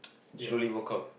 slowly work out